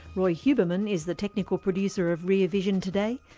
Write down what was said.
roi huberman is the technical producer of rear vision today.